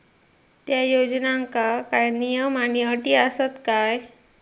त्या योजनांका काय नियम आणि अटी आसत काय?